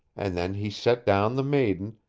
and then he set down the maiden,